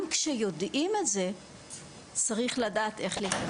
גם כשיודעים את זה צריך לדעת איך להתייחס.